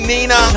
Nina